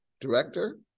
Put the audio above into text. director